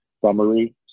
summary